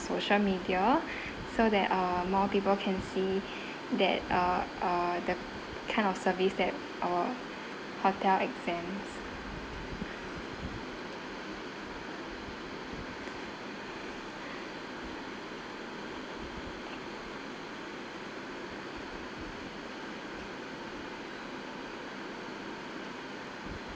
social media so that uh more people can see that uh uh the kind of service that our hotel exams